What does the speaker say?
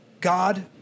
God